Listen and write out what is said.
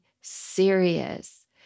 serious